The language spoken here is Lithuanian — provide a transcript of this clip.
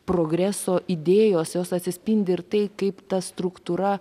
progreso idėjos jos atsispindi ir tai kaip ta struktūra